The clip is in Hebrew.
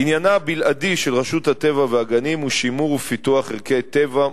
עניינה הבלעדי של רשות הטבע והגנים הוא שימור ופיתוח ערכי טבע,